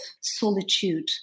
solitude